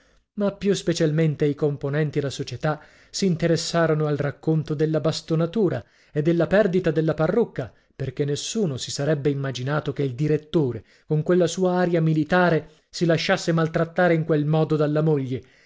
ma più specialmente i componenti la società s'interessarono al racconto della bastonatura e della perdita della parrucca perché nessuno si sarebbe immaginato che il direttore con quella sua aria militare si lasciasse maltrattare in quel modo dalla moglie